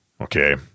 okay